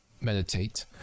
meditate